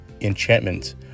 enchantment